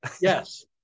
Yes